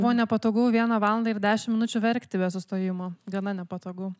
buvo nepatogu vieną valandą ir dešim minučių verkti be sustojimo gana nepatogu